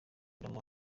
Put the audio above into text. d’amour